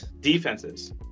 defenses